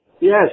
Yes